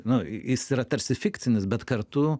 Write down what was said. nu jis yra tarsi fikcinis bet kartu